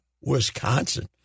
Wisconsin